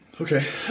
Okay